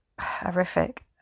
horrific